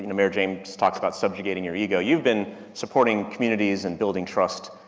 and mayor james talks about subjugating your ego. you've been supporting communities and building trust,